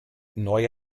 neue